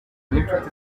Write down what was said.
n’inshuti